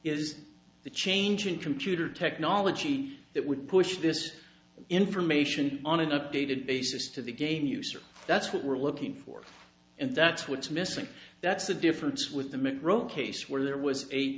is the change in computer technology that would push this information on an updated basis to the game use or that's what we're looking for and that's what's missing that's the difference with the mc rove case where there was a